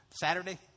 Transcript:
Saturday